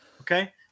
okay